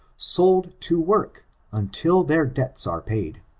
sold to work until their debts are paid.